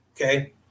Okay